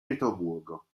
pietroburgo